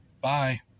bye